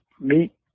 meet